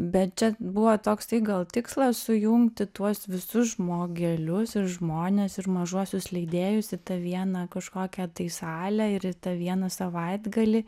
bet čia buvo toksai gal tikslas sujungti tuos visus žmogelius ir žmones ir mažuosius leidėjus į tą vieną kažkokią tai salę ir į tą vieną savaitgalį